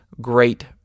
great